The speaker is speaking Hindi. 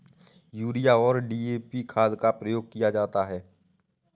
यूरिया और डी.ए.पी खाद का प्रयोग किया जाता है